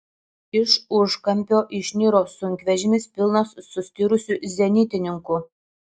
iš užkampio išniro sunkvežimis pilnas sustirusių zenitininkų